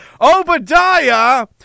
Obadiah